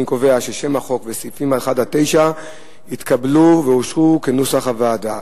אני קובע ששם החוק וסעיפים 1 9 נתקבלו ואושרו כנוסח הוועדה.